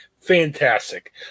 Fantastic